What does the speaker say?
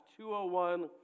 201